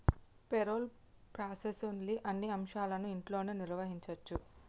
payroll ప్రాసెస్లోని అన్ని అంశాలను ఇంట్లోనే నిర్వహించచ్చు